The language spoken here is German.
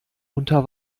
unter